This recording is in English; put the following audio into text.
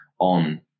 on